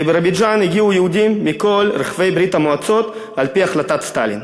לבירוביג'ן הגיעו יהודים מכל רחבי ברית-המועצות על-פי החלטת סטלין,